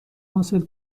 حاصل